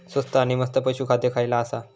स्वस्त आणि मस्त पशू खाद्य खयला आसा?